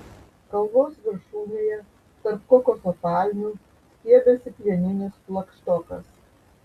kalvos viršūnėje tarp kokoso palmių stiebėsi plieninis flagštokas